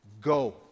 go